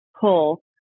pull